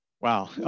Wow